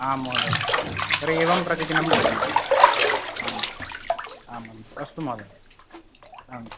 आम् महोदय तर्हि एवं प्रतिदिनं करोमि आम् आमाम् अस्तु महोदय आम्